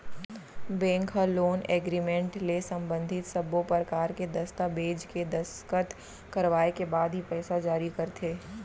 bank ह loan agreement ले संबंधित सब्बो परकार के दस्ताबेज के दस्कत करवाए के बाद ही पइसा जारी करथे